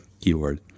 keyword